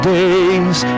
days